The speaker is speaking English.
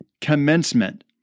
commencement